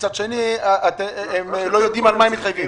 מצד שני, הם לא יודעים על מה הם מתחייבים.